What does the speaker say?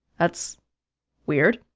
that's weird